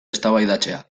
eztabaidatzea